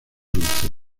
dulces